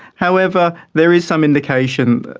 however, there is some indication,